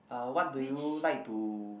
uh what do you like to